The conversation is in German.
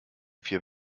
vier